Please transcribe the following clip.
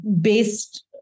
based